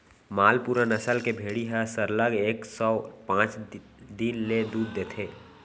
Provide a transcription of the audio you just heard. मालपुरा नसल के भेड़ी ह सरलग एक सौ पॉंच दिन ले दूद देथे